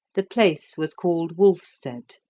the place was called wolfstead.